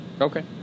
Okay